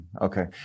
okay